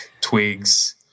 twigs